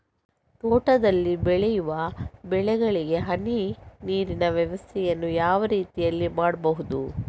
ತೋಟದಲ್ಲಿ ಬೆಳೆಯುವ ಬೆಳೆಗಳಿಗೆ ಹನಿ ನೀರಿನ ವ್ಯವಸ್ಥೆಯನ್ನು ಯಾವ ರೀತಿಯಲ್ಲಿ ಮಾಡ್ಬಹುದು?